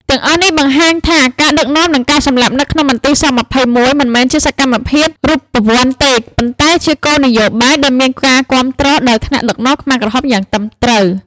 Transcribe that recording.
ទាំងអស់នេះបង្ហាញថាការដឹកនាំនិងការសម្លាប់នៅក្នុងមន្ទីរស-២១ មិនមែនជាសកម្មភាពរូបវន្តទេ ប៉ុន្តែជាគោលនយោបាយដែលមានការគាំទ្រដោយថ្នាក់ដឹកនាំខ្មែរក្រហមយ៉ាងត្រឹមត្រូវ។